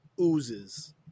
Oozes